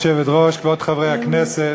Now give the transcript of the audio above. כבוד היושבת-ראש, כבוד חברי הכנסת,